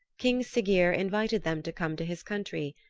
king siggeir invited them to come to his country,